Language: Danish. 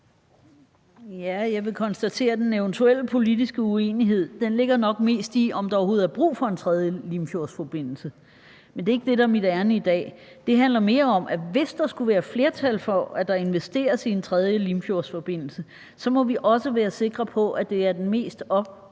Ja, jeg vil konstatere, at den eventuelle politiske uenighed nok mest ligger i, om der overhovedet er brug for en tredje Limfjordsforbindelse. Men det er ikke det, der er mit ærinde i dag, for det handler mere om, at vi, hvis der skulle være flertal for, at der investeres i en tredje Limfjordsforbindelse, så også må være sikre på, at det er den mest optimale